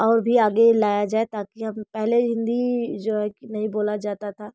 और भी आगे लाया जाए ताकी हम पहले हिन्दी जो है कि नहीं बोला जाता था